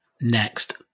Next